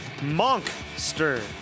Monkster